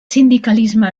sindicalisme